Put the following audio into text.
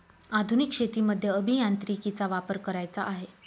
आधुनिक शेतीमध्ये अभियांत्रिकीचा वापर करायचा आहे